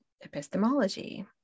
epistemology